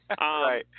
right